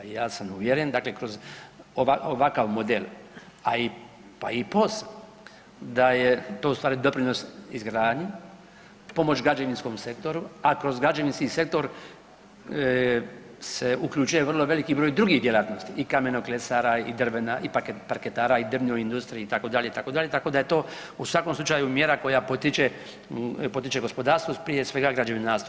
Ja sam uvjeren, dakle kroz ovakav model pa i POS, da je to ustvari doprinos izgradnji, pomoć građevinskom sektoru a kroz građevinski sektor se uključuje vrlo veliki broj drugih djelatnosti, i kamenoklesara i drvena i parketara i drvnoj industriji itd., itd., tako da je to u svakom slučaju mjera koja potiče gospodarstvo, prije svega građevinarstvo.